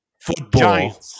Football